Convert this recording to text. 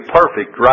perfect